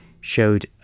showed